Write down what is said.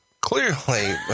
Clearly